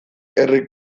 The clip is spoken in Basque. herri